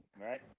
right